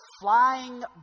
Flying